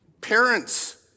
Parents